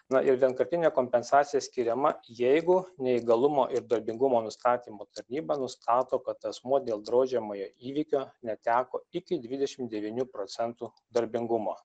na ir vienkartinė kompensacija skiriama jeigu neįgalumo ir darbingumo nustatymo tarnyba nustato kad asmuo dėl draudžiamojo įvykio neteko iki dvidešim devynių procentų darbingumo